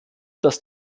dass